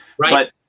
Right